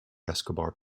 escobar